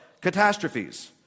Catastrophes